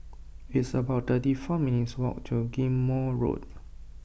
it's about thirty four minutes' walk to Ghim Moh Road